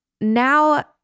now